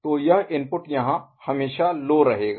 तो यह इनपुट यहां हमेशा लो रहेगा